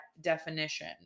definition